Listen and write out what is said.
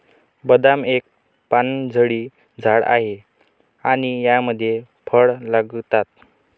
बदाम एक पानझडी झाड आहे आणि यामध्ये फळ लागतात